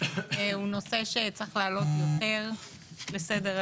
הוא נושא שצריך לעלות יותר לסדר-היום.